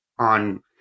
on